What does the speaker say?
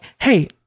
Hey